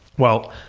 well,